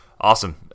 Awesome